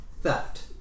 Theft